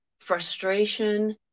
frustration